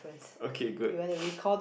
okay good